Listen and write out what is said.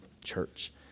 church